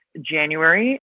January